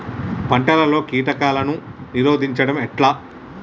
పంటలలో కీటకాలను నిరోధించడం ఎట్లా?